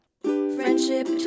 Friendship